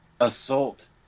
assault